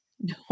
No